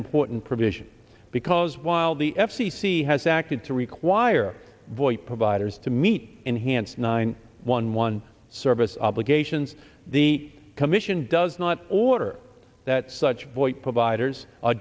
important provision because while the f c c has acted to require void providers to meet enhanced nine one one service obligations the commission does not order that such void providers or